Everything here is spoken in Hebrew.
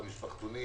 על המשפחתונים